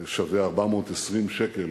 זה שווה 420 שקל